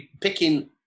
picking